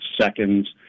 seconds